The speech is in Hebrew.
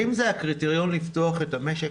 האם זה הקריטריון לפתוח את המשק?